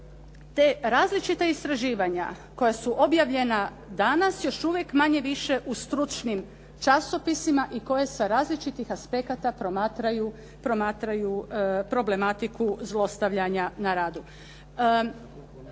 te različita istraživanja koja su objavljena danas još uvijek manje-više u stručnim časopisima i koje sa različitih aspekta promatraju problematiku zlostavljanja na radu.